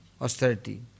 austerity